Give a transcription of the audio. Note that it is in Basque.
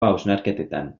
hausnarketetan